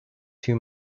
too